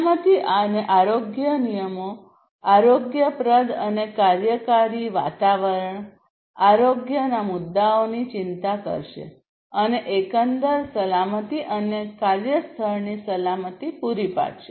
સલામતી અને આરોગ્ય નિયમો આરોગ્યપ્રદ અને કાર્યકારી વાતાવરણ આરોગ્ય મુદ્દાઓની ચિંતા કરશે અને એકંદર સલામતી અને કાર્યસ્થળની સલામતી પૂરી પાડશે